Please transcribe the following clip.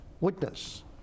witness